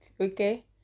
Okay